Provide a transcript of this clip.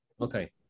Okay